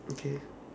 okay